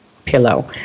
pillow